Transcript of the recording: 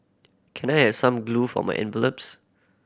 can I have some glue for my envelopes